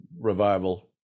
revival